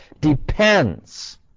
depends